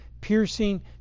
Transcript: piercing